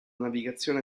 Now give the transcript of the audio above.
navigazione